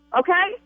okay